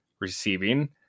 receiving